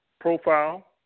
profile